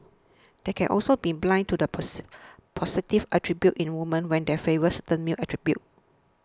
they can also be blind to the positive attributes in women when they favour certain male attributes